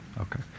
okay